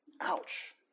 Ouch